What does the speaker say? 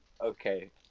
Okay